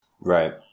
right